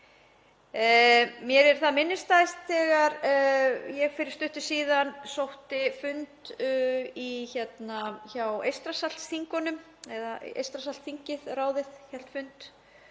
Mér er það minnisstætt þegar ég fyrir stuttu síðan sótti fund hjá Eystrasaltsþingunum, eða Eystrasaltsráðið hélt fund,